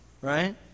right